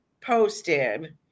posted